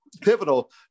pivotal